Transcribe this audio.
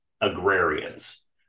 agrarians